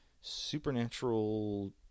supernatural